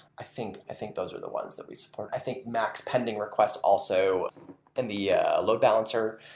i think i think those are the ones that we support. i think max pending requests also in the yeah load balancer,